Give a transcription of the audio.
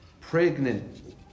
pregnant